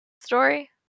story